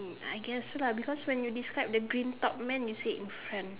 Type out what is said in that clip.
I guess lah because when you describe the green top man you said in front